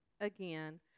again